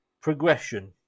progression